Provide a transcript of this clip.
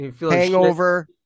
Hangover